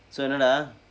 so என்ன:enna dah